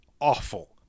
awful